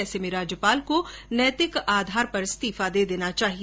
ऐसे में राज्यपाल को नैतिक आधार पर इस्तीफा दे देना चाहिए